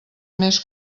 més